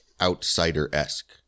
outsider-esque